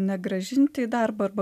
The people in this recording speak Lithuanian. negrąžinti į darbą arba